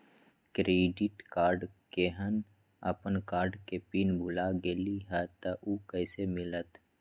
Credit card केहन अपन card के पिन भुला गेलि ह त उ कईसे मिलत?